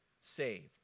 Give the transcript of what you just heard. saved